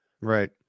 Right